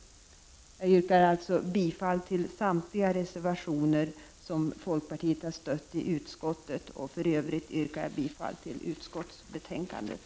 Jag yrkar alltså bifall till samtliga reservationer som folkpartiet har fogat till utskottets betänkande och i övrigt till utskottets hemställan i betänkandet.